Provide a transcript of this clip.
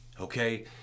okay